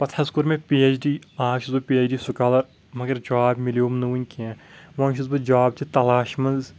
پتہٕ حظ کوٚر مےٚ پی اٮ۪چ ڈی آز چھُس بہٕ پی اٮ۪چ ڈی سکالر مگر جاب مِلیوٚوم نہٕ وُنہِ کینٛہہ وۄنۍ چھُس بہٕ جاب چہِ تلاشہِ منٛز